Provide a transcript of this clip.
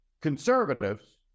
conservatives